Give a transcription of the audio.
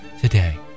today